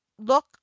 look